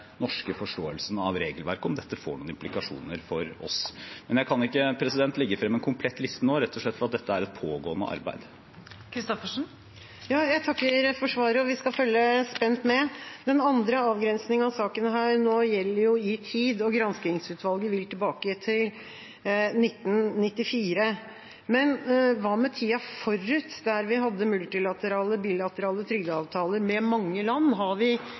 norske forståelsen av regelverket får noen implikasjoner for oss. Jeg kan ikke legge fram en komplett liste nå, rett og slett fordi dette er et pågående arbeid. Jeg takker for svaret. Vi skal følge spent med. Den andre avgrensingen av saken gjelder jo tid, og granskingsutvalget vil tilbake til 1994. Men hva med tida forut, da vi hadde multilaterale og bilaterale trygdeavtaler med mange land? Har vi